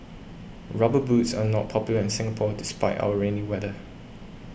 rubber boots are not popular in Singapore despite our rainy weather